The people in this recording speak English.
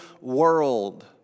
world